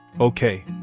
Okay